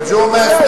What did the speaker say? ג'ומס,